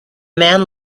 man